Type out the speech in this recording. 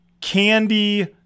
candy